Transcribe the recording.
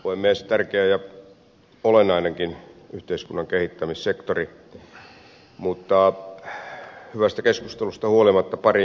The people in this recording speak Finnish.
tämä on tärkeä ja olennainenkin yhteiskunnan kehittämissektori mutta hyvästä keskustelusta huolimatta pariin yksityiskohtaan